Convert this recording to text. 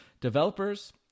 Developers